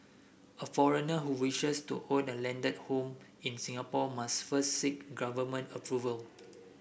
a foreigner who wishes to own a landed home in Singapore must first seek government approval